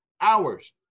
hours